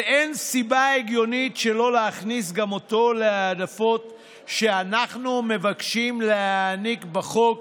ואין סיבה הגיונית לא להכניס גם אותו להעדפות שאנחנו מבקשים להעניק בחוק